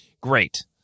Great